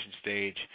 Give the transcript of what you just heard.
stage